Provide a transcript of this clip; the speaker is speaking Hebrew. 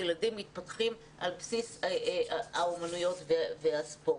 הילדים מתפתחים על בסיס האומנויות והספורט.